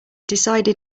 decided